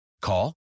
Call